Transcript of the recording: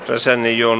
toisen joon